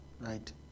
right